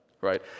right